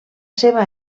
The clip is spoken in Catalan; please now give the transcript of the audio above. seva